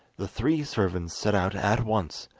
the three servants set out at once,